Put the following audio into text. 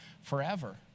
forever